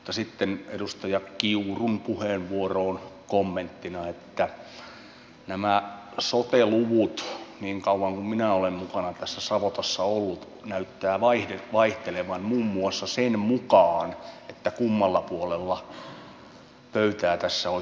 sitten edustaja kiurun puheenvuoroon kommenttina että nämä sote luvut niin kauan kuin minä olen mukana tässä savotassa ollut näyttävät vaihtelevan muun muassa sen mukaan kummalla puolella pöytää tässä oikein istutaankaan